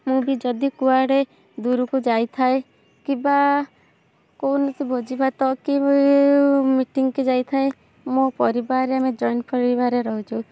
ମୁଁ ବି ଯଦି କୁଆଡ଼େ ଦୂରକୁ ଯାଇଥାଏ କିବା କୌଣସି ଭୋଜିଭାତ କି ମିଟିଙ୍ଗ୍କି ଯାଇଥାଏ ମୋ ପରିବାରରେ ଆମେ ଜଏଣ୍ଟ୍ ପରିବାରରେ ରହୁଛୁ